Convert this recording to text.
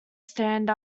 stand